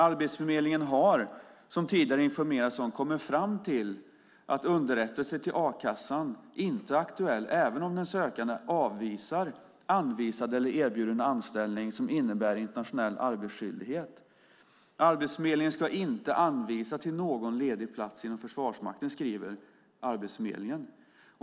Arbetsförmedlingen har, som tidigare har informerats om, kommit fram till att underrättelser till a-kassan inte är aktuell även om den sökande avvisar anvisad eller erbjuden anställning som innebär internationell arbetsskyldighet. Arbetsförmedlingen ska inte anvisa till någon ledig plats inom Försvarsmakten. Detta skriver Arbetsförmedlingen.